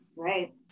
Right